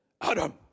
Adam